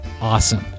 awesome